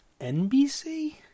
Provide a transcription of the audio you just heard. NBC